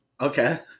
Okay